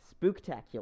Spooktacular